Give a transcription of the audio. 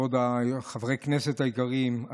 חברי הכנסת היקרים,